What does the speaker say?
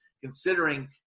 considering